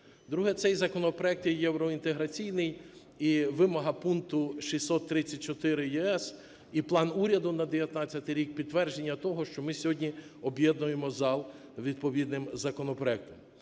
Друге – цей законопроект є євроінтеграційний. І вимога пункту 634 ЄС і плану Уряду на 19-й рік – підтвердження того, що ми сьогодні об’єднуємо зал відповідним законопроектом.